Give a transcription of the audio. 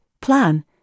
plan